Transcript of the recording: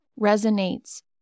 resonates